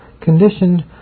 conditioned